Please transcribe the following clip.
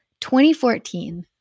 2014